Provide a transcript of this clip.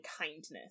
kindness